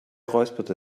räusperte